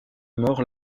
mort